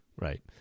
right